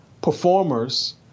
performers